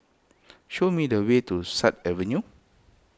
show me the way to Sut Avenue